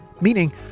meaning